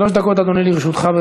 שלוש דקות, אדוני, לרשותך.